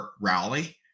rally